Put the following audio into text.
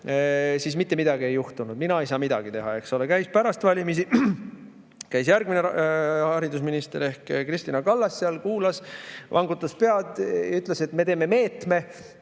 siis mitte midagi ei juhtunud. "Mina ei saa midagi teha," eks ole. Käis pärast valimisi järgmine haridusminister ehk Kristina Kallas seal, kuulas, vangutas pead ja ütles, et me teeme meetme.